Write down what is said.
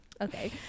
okay